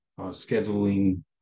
scheduling